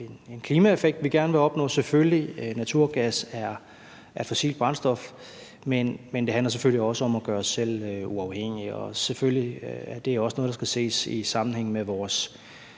en klimaeffekt, vi gerne vil opnå, selvfølgelig. Naturgas er et fossilt brændstof. Men det handler selvfølgelig også om at gøre os selv uafhængige, og selvfølgelig er det også noget, der skal ses i sammenhæng med vores